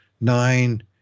nine